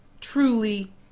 truly